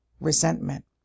resentment